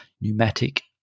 pneumatic